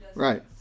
Right